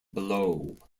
below